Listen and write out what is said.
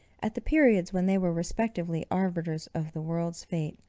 at the periods when they were respectively arbiters of the world's fate,